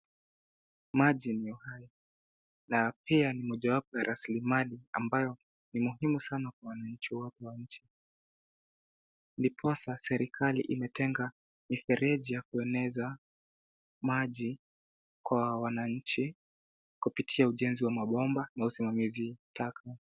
Maji ni uhai na pia ni mojawapo ya rasilimali amabayo ni muhimu sana kwa wananchi wote wa nchi. Niposa serikali imetenga mifereji ya kueneza maji kwa wananchi kupitia ujenzi wa mabomba na usimamizi taka.